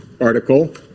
article